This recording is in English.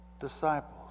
disciples